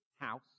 house